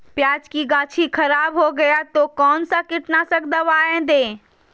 प्याज की गाछी खराब हो गया तो कौन सा कीटनाशक दवाएं दे?